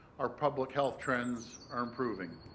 our public health trends are improving.